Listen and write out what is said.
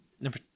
Number